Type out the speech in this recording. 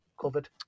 covered